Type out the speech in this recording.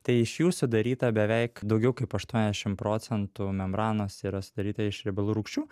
tai iš jų sudaryta beveik daugiau kaip aštuoniasdešim procentų membranos yra sudaryta iš riebalų rūgščių